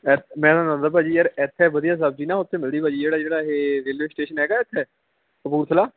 ਐ ਮੈਂ ਨਾ ਤੁਹਾਨੂੰ ਦੱਸਦਾ ਭਾਅ ਜੀ ਯਾਰ ਇੱਥੇ ਵਧੀਆ ਸਬਜ਼ੀ ਨਾ ਉੱਥੇ ਮਿਲਦੀ ਭਾਅ ਜੀ ਜਿਹੜਾ ਜਿਹੜਾ ਇਹ ਰੇਲਵੇ ਸਟੇਸ਼ਨ ਹੈਗਾ ਇੱਥੇ ਕਪੂਰਥਲਾ